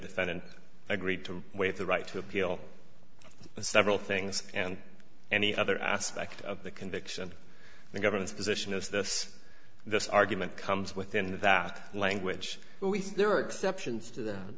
defendant agreed to waive the right to appeal several things and any other aspect of the conviction the government's position is this this argument comes within that language but we think there are exceptions to th